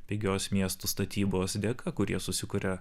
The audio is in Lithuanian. pigios miestų statybos dėka kur jie susikuria